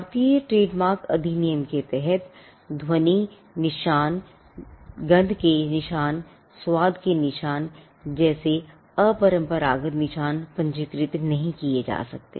भारतीय ट्रेडमार्क अधिनियम के तहत ध्वनि निशान गंध के निशान और स्वाद के निशान जैसे अपरंपरागत निशान पंजीकृत नहीं किए जा सकते